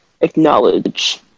acknowledge